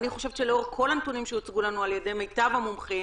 אני חושבת שלאור כל הנתונים שהוצגו לנו על ידי מיטב המומחים